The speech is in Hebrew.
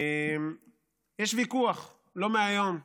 יש ויכוח, לא מהיום,